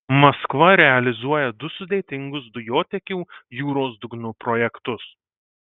maskva realizuoja du sudėtingus dujotiekių jūros dugnu projektus